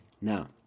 Now